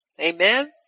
Amen